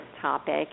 topic